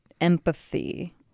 empathy